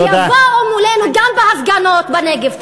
שיבואו מולנו גם בהפגנות בנגב.